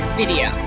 video